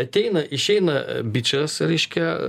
ateina išeina bičas reiškia